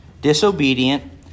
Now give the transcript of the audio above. disobedient